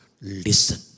listen